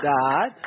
god